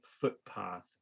footpath